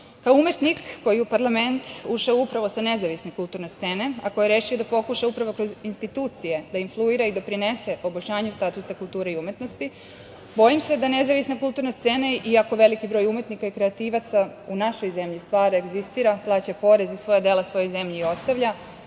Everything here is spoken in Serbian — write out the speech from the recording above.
umetnik koji je u parlament ušao upravo sa nezavisne kulturne scene, a koji je rešio da pokuša upravo kroz institucije da influira i doprinese poboljšanju statusa kulture i umetnosti, bojim se da nezavisna kulturna scena i jako veliki broj umetnika i kreativaca u našoj zemlji stvara i egzistira, plaća porez i svoja dela svojoj zemlji ostavlja